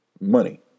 money